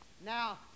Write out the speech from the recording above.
Now